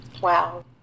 Wow